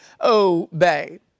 obey